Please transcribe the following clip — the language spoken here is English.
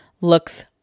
looks